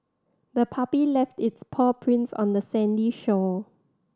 the puppy left its paw prints on the sandy shore